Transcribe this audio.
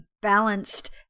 balanced